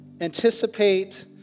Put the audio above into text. anticipate